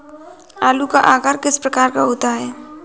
आलू का आकार किस प्रकार का होता है?